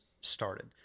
started